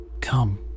Come